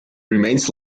remains